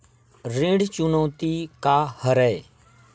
ऋण चुकौती का हरय?